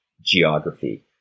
geography